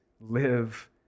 live